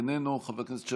חבר הכנסת אחמד טיבי,